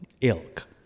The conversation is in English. ilk